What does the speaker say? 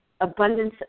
abundance